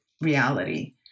reality